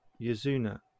Yazuna